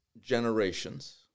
generations